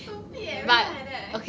stupid eh everytime like that eh